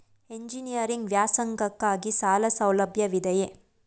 Engineering ವ್ಯಾಸಂಗಕ್ಕಾಗಿ ಸಾಲ ಸೌಲಭ್ಯವಿದೆಯೇ?